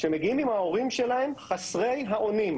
שמגיעים עם ההורים שלהם חסרי האונים.